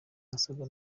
nasaga